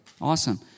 Awesome